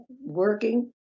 working